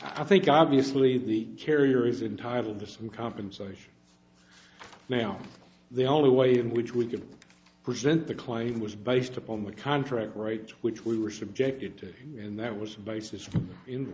i think obviously the carrier is entirely on the some compensation now the only way in which we can present the claim was based upon the contract rights which we were subjected to and that was a basis